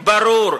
ברור.